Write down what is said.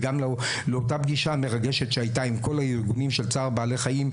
וגם לאותה פגישה מרגשת שהייתה עם כל הארגונים של צער בעלי חיים,